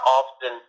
often